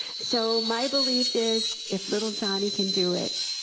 so my belief is if little johnny can do it,